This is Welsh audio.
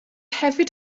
hefyd